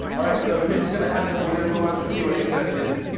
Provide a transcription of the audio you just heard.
alright, so here's what's gonna happen. we're gonna move on to the q and a section.